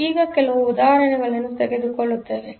ಈಗ ಕೆಲವು ಉದಾಹರಣೆಗಳನ್ನು ತೆಗೆದುಕೊಳ್ಳುತ್ತೇವೆ